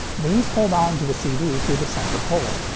these hold on to a cd through the center hole.